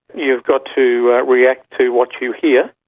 you've got to react to what you hear,